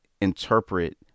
interpret